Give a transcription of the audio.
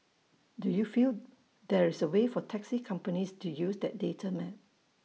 do you feel there is A way for taxi companies to use that data map